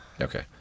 Okay